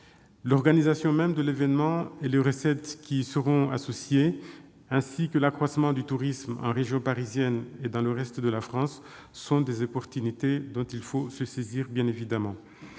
L'organisation même de l'événement et les recettes qui y seront associées, ainsi que l'accroissement du tourisme en région parisienne et dans le reste de la France sont des chances à saisir. Cette